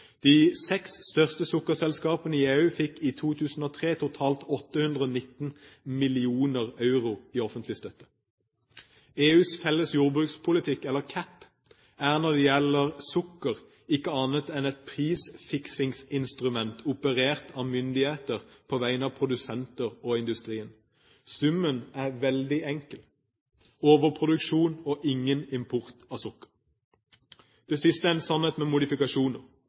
De seks største sukkerselskapene i EU fikk i 2003 totalt 819 mill. euro i offentlig støtte. EUs felles jordbrukspolitikk – eller CAP – er når det gjelder sukker, ikke noe annet enn et prisfiksingsinstrument operert av myndigheter på vegne av produsenter og industrien. Summen er veldig enkel, overproduksjon og ingen import av sukker. Det siste er en sannhet med modifikasjoner.